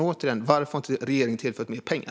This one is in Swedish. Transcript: Återigen: Varför har inte regeringen tillfört mer pengar?